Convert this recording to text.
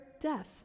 death